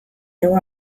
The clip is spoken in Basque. hego